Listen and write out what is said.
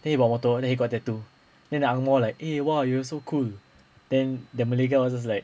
then he bawa motor then he got tattoo then the angmoh like eh !wah! you are so cool then the malay guy was just like